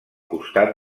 costat